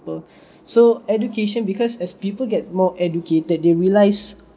people so education because as people get more educated they realise